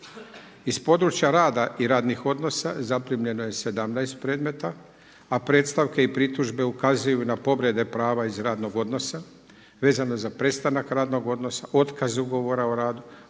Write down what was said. Iz područja rada i radnih odnosa zaprimljeno je 17 predmeta a predstavke i pritužbe ukazuju na povrede prava iz radnog odnosa vezano za prestanak radnog odnosa, otkaz ugovora o radu,